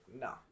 No